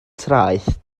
traeth